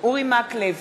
אורי מקלב,